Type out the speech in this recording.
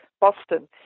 Boston